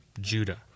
Judah